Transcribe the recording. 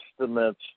estimates